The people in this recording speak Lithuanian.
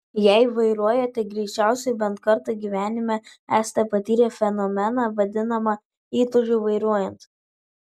jei vairuojate greičiausiai bent kartą gyvenime esate patyrę fenomeną vadinamą įtūžiu vairuojant